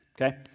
okay